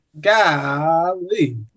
Golly